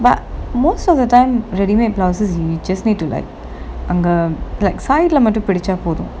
but most of the time ready-made blouses you just need to like அங்க:anga lakeside leh மட்டும் புடிச்சா போதும்:mattum pudicha pothum